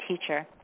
teacher